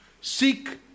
Seek